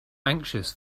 anxious